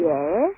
Yes